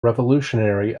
revolutionary